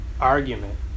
argument